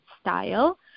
style